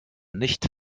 nicht